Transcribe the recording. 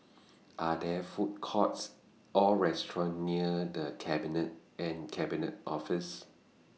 Are There Food Courts Or restaurants near The Cabinet and Cabinet Office